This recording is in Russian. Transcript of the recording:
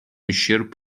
ущерб